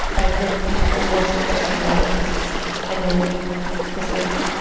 i'd hit even a worse depression than ever cause it's i know cause, like,